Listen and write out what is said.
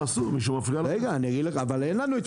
תעשו, מישהו מפריע לכם?